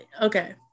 Okay